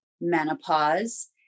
menopause